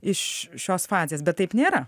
iš šios fazės bet taip nėra